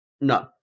No